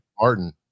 Martin